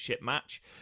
match